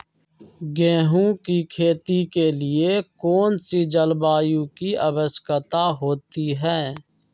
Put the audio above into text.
गेंहू की खेती के लिए कौन सी जलवायु की आवश्यकता होती है?